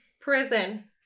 Prison